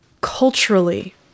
culturally